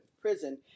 prison